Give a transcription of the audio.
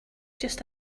just